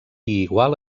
igual